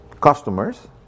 customers